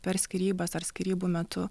per skyrybas ar skyrybų metu